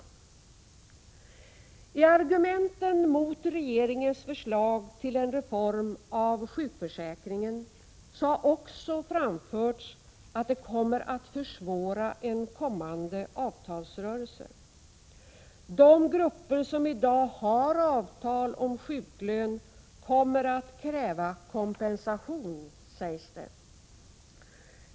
Bland argumenten mot regeringens förslag till en reform av sjukförsäkringen har också framförts att det kommer att försvåra en kommande avtalsrörelse. De grupper som i dag har avtal om sjuklön kommer att kräva kompensation, sägs det.